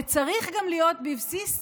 וצריך גם להיות בבסיס